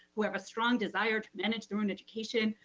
who have a strong desire to manage their own education,